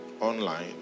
online